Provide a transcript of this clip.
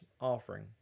offering